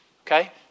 okay